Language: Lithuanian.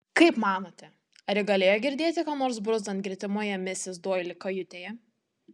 kaip manote ar ji galėjo girdėti ką nors bruzdant gretimoje misis doili kajutėje